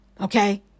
Okay